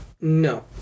No